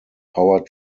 powered